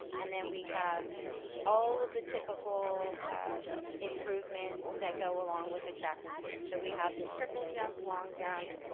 and then we have all of the typical improvements that go along with the track and field. so we have the triple jump, long jump,